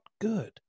good